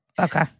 Okay